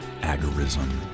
agorism